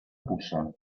puça